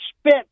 spit